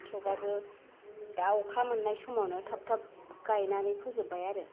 थेवब्लाबो दा अखा मोननाय समावनो थाब थाब गायनानै फोजोब्बाय आरो